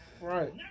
Right